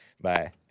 Bye